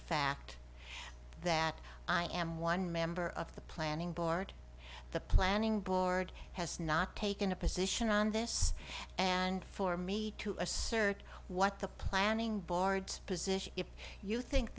fact that i am one member of the planning board the planning board has not taken a position on this and for me to assert what the planning board's position if you think